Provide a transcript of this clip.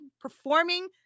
performing